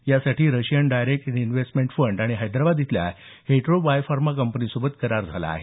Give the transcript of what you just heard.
यासाठी Russian direct investment fund आणि हैदराबाद इथल्या हेटेरो बायोफार्मा कंपनीसोबत करार झाला आहे